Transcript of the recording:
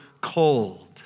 cold